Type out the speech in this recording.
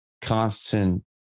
constant